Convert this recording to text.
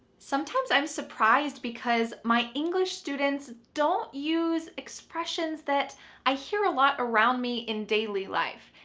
sometimes i'm surprised because my english students don't use expressions that i hear a lot around me in daily life.